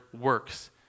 works